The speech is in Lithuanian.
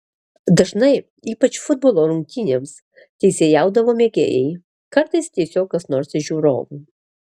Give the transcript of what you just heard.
dažnai ypač futbolo rungtynėms teisėjaudavo mėgėjai kartais tiesiog kas nors iš žiūrovų